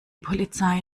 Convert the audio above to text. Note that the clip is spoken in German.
polizei